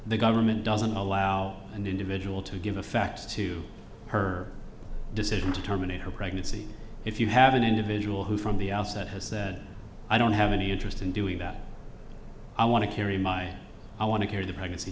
the government doesn't allow an individual to give effect to her decision to terminate her pregnancy if you have an individual who from the outset has said i don't have any interest in doing that i want to carry my i want to carry the pregnancy